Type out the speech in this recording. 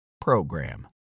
PROGRAM